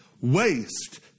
waste